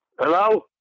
hello